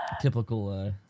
typical